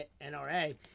NRA